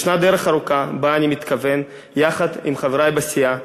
יש דרך ארוכה שבה אני מתכוון, יחד עם חברי בסיעה,